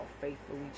Faithfully